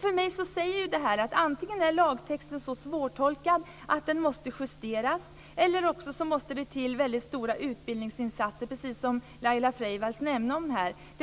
För mig säger detta att antingen är lagtexten så svårtolkad att den måste justeras eller också måste det till väldigt stora utbildningsinsatser - precis som Laila Freivalds nämnde -